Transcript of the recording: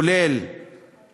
כולל